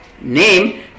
name